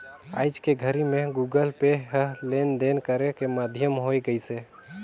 आयज के घरी मे गुगल पे ह लेन देन करे के माधियम होय गइसे